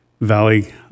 Valley